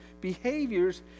behaviors